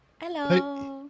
hello